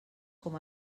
com